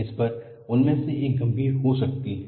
इस पर उनमें से एक गंभीर हो सकती है